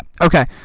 okay